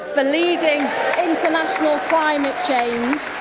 the leading international climate change.